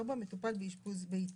מטופל באשפוז ביתי.